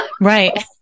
Right